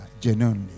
genuinely